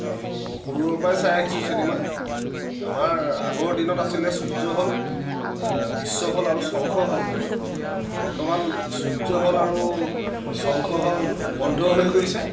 আৰু সৰুৰে পৰা চাই আহিছোঁ চিনেমা আমাৰ আগৰ দিনত আছিলে সূৰ্য হল বিশ্ব হল আৰু শংখ হল বৰ্তমান সূৰ্য হল আৰু শংখ হল বন্ধ হৈ গৈছে